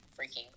freaking